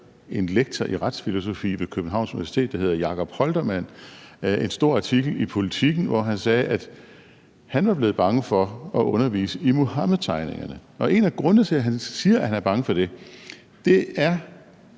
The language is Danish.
en lektor i retsfilosofi ved Københavns Universitet, der hedder Jakob Holtermann, en stor artikel i Politiken, hvor han sagde, at han var blevet bange for at undervise i Muhammedtegningerne. Og en af grundene til, at han er bange for det, er